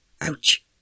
Ouch